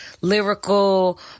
lyrical